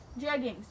jeggings